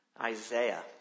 Isaiah